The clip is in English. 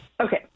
Okay